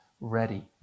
ready